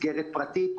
מסגרת פרטית,